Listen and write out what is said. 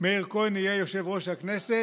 מאיר כהן יהיה יושב-ראש הכנסת,